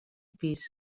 pis